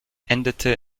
endete